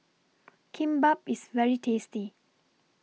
Kimbap IS very tasty